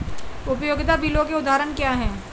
उपयोगिता बिलों के उदाहरण क्या हैं?